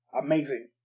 amazing